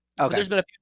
Okay